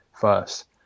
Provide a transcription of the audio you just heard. first